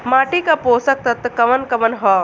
माटी क पोषक तत्व कवन कवन ह?